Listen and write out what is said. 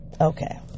Okay